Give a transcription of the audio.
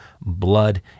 blood